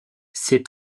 ces